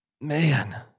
man